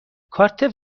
کارت